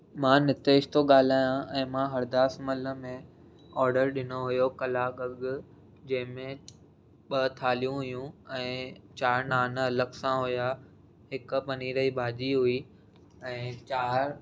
मां नितेश थो ॻाल्हायां ऐं मां अरदासमल में ऑडर ॾिनो हुयो कलाकु अॻु जंहिंमें ॿ थालियूं हुयूं ऐं चारि नान अलॻि सां हुया हिक पनीर जी भाॼी हुई ऐं चारि